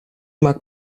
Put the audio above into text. mag